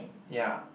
ya